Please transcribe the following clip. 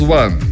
one